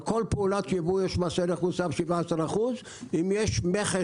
על כל פעולת ייבוא יש מס ערך מוסף של 17%. אם יש מכס,